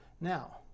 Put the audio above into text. now